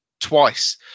twice